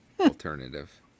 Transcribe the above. alternative